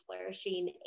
flourishing